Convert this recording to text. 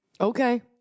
Okay